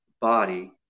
body